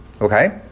Okay